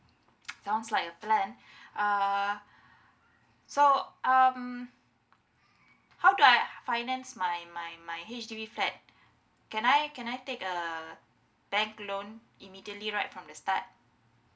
sounds like a plan uh so um how do I finance my my my H_D_B flat can I can I take a bank loan immediately right from the start